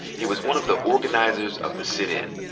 he was one of the organizers of the sit-in.